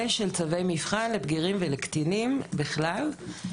של צווי מבחן לבגירים ולקטינים בכלל.